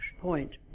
point